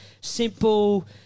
simple